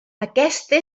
aquesta